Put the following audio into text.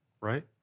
right